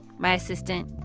my assistant.